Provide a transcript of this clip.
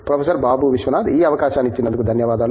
professor Babu Viswanath ఈ అవకాశాన్ని ఇచ్చినందుకు ధన్యవాదాలు